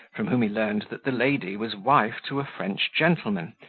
from whom he learned that the lady was wife to a french gentleman,